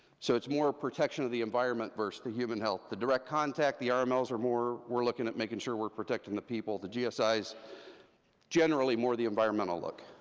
so it's more protection of the environment, versus the human health, the direct contact, the ah rmls are more, we're looking at making sure we're protecting the people, the gsi is generally more the environmental look.